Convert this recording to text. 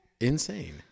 insane